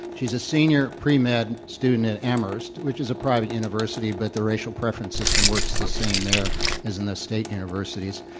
she's a senior at pre med student at amherst, which is a private university, but the racial preference system works the same there as in the state universities.